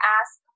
ask